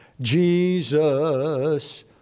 Jesus